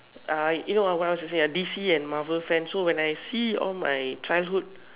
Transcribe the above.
ah you know what what was I saying D_C and Marvel fan so when I see all my childhood